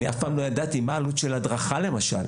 אף פעם לא ידעתי מהי העלות של הדרכה, למשל,